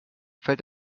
fällt